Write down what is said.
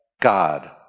God